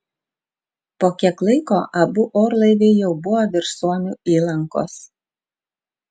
po kiek laiko abu orlaiviai jau buvo virš suomių įlankos